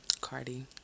Cardi